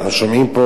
אנחנו שומעים פה